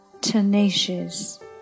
tenacious